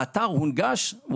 האתר הונגש,